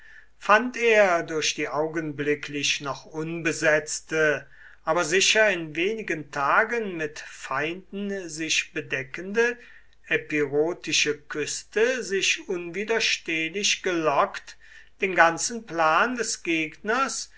fand er durch die augenblicklich noch unbesetzte aber sicher in wenigen tagen mit feinden sich bedeckende epirotische küste sich unwiderstehlich gelockt den ganzen plan des gegners